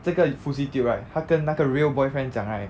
这个 fouseytube right 他跟那个 real boyfriend 讲 right